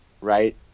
right